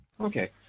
Okay